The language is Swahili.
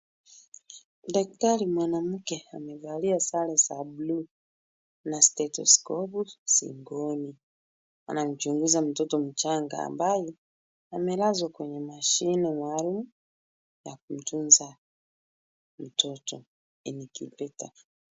Daktari mwanamke amevalia sare za bluu na stethoscope shingoni. Anamchunguza mtoto mchanga ambaye amelazwa kwenye mashini maalum ya kumtunza mtoto, incubator .